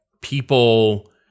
people